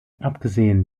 abgesehen